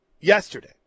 yesterday